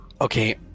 Okay